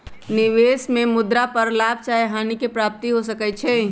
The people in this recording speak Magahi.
निवेश में मुद्रा पर लाभ चाहे हानि के प्राप्ति हो सकइ छै